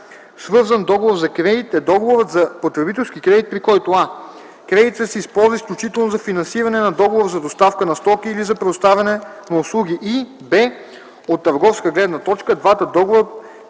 „Свързан договор за кредит” е договорът за потребителски кредит, при който: а) кредитът се използва изключително за финансиране на договор за доставка на стоки или за предоставяне на услуги, и б) от търговската гледна точка двата договора